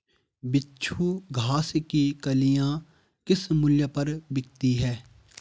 बिच्छू घास की कलियां किस मूल्य पर बिकती हैं?